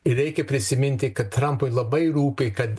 ir reikia prisiminti kad trampui labai rūpi kad